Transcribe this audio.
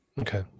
Okay